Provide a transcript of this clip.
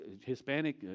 Hispanic